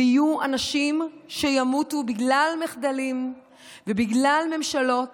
ויהיו אנשים שימותו בגלל מחדלים ובגלל ממשלות